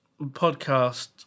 podcast